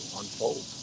unfold